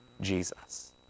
Jesus